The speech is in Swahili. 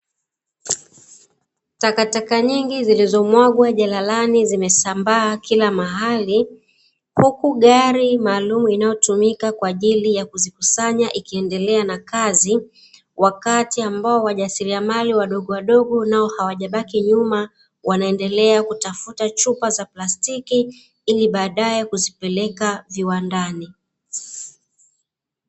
Takataka nyingi zilizomwagwa jalalani zimesambaa kila mahali, huku gari maalumu linalotumika kwa ajili ya kuzikusanya ikiendelea na kazi, wakati ambao wajasiliamali wadogowadogo nao hawajabaki nyuma, wanaendelea kutafuta chupa za plastiki ili baadaye kuzipeleka kiwandani.